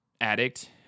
addict